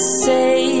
say